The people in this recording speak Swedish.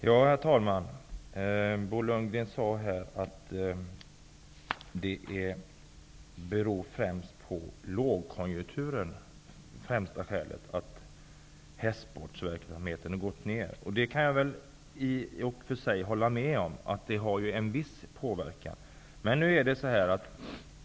Herr talman! Bo Lundgren sade att lågkonjunkturen är det främsta skälet till hästsportverksamhetens ekonomiska svårigheter. Jag kan i och för sig hålla med om att lågkonjunkturen har en viss påverkan.